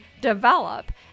develop